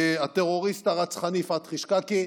הטרוריסט הרצחני פתחי שקאקי,